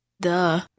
Duh